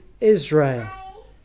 Israel